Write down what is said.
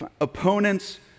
opponents